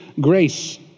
grace